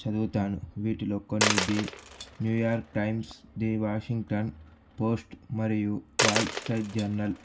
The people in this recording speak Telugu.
చదువుతాను వీటిలో కొన్ని the New York Times the Washington Post మరియు వాల్ స్ట్రీట్ జర్నల్